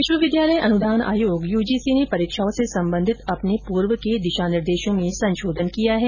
विश्वविद्यालय अनुदान आयोग यूजीसी ने परीक्षाओं से संबंधित अपने पूर्व के दिशा निर्देशों में संशोधन किया है